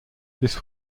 this